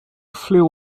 flew